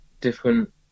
different